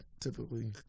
Typically